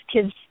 kids